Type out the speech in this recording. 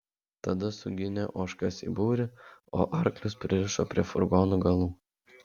tada suginė ožkas į būrį o arklius pririšo prie furgonų galų